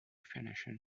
financial